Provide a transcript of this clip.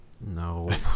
No